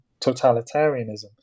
totalitarianism